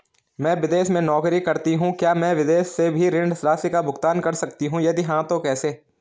मैं विदेश में नौकरी करतीं हूँ क्या मैं विदेश से भी ऋण राशि का भुगतान कर सकती हूँ यदि हाँ तो कैसे?